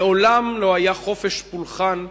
מעולם לא היה חופש פולחן בירושלים,